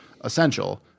essential